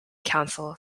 council